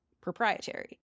proprietary